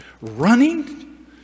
Running